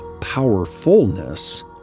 powerfulness